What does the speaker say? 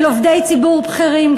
של עובדי ציבור בכירים,